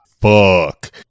fuck